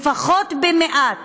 לפחות במעט,